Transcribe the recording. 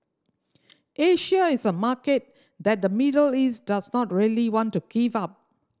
Asia is a market that the Middle East does not really want to give up